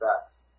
facts